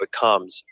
becomes